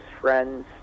friends